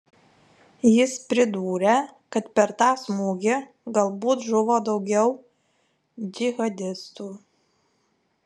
jis pridūrė kad per tą smūgį galbūt žuvo daugiau džihadistų